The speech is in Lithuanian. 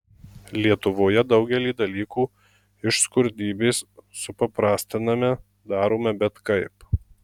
lietuvoje daugelį dalykų iš skurdybės supaprastiname darome bet kaip